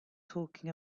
talking